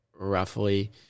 roughly